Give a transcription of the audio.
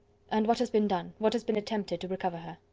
and what has been done, what has been attempted, to recover her?